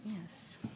Yes